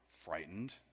frightened